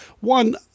One